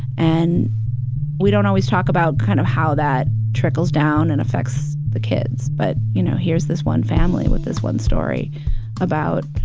and we don't always talk about kind of how that trickles down and affects the kids. but, you know, here is this one family with this one story about,